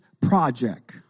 Project